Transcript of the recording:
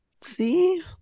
See